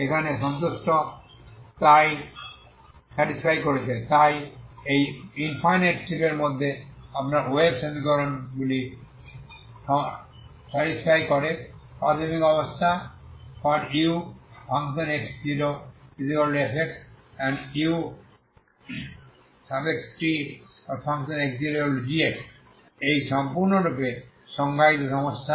এখানে সন্তুষ্ট তাই এই ইনফাইনাইট স্ট্রিপের মধ্যে আপনার ওয়েভ সমীকরণগুলি সন্তুষ্ট প্রাথমিক অবস্থা ux0fx এবং utx0g এটি সম্পূর্ণরূপে সংজ্ঞায়িত সমস্যা